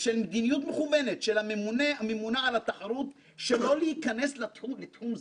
ושל מדיניות מכוונת של הממונה על התחרות שלא להיכנס לתחום זה,